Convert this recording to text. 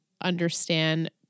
understand